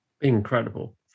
incredible